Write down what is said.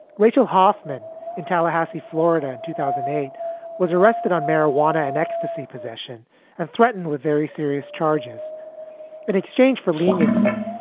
rachel hoffman in tallahassee, florida, in two thousand and eight was arrested on marijuana and ecstasy possession and threatened with very serious charges in exchange for leniency.